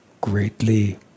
greatly